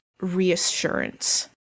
reassurance